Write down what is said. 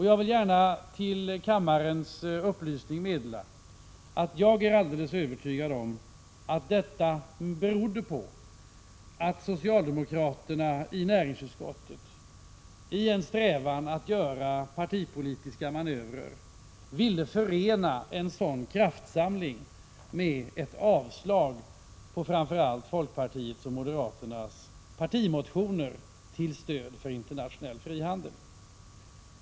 Jag vill gärna till kammarens upplysning meddela att jag är alldeles övertygad om att detta berodde på att socialdemokraterna i näringsutskottet i en strävan att göra partipolitiska manövrer ville förena en sådan kraftsamling med ett avslag på framför allt folkpartiets och moderaternas partimotioner till stöd för internationell frihandel.